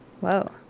Whoa